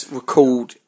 recalled